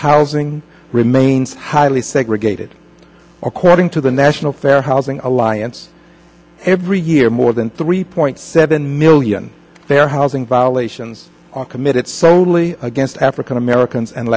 housing remains highly segregated according to the national fair housing alliance every year more than three point seven million their housing violations are committed solely against african americans and